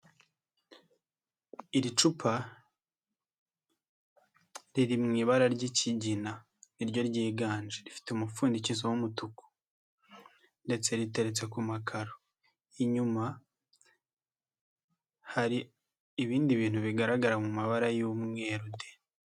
Iri cupa, riri mu ibara ry'ikigina, ni ryo ryiganje, rifite umupfundikizo w'umutuku ndetse riteretse ku makaro, inyuma hari ibindi bintu bigaragara mu mabara y'umweru de.